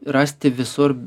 rasti visur